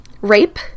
rape